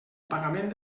pagament